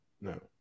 No